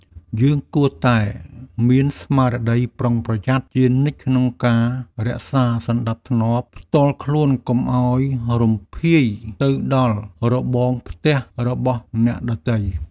យើងគួរតែមានស្មារតីប្រុងប្រយ័ត្នជានិច្ចក្នុងការរក្សាសណ្តាប់ធ្នាប់ផ្ទាល់ខ្លួនកុំឱ្យរំភាយទៅដល់របងផ្ទះរបស់អ្នកដទៃ។